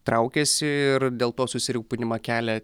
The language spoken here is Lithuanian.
traukiasi ir dėl to susirūpinimą kelia